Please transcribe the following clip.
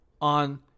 on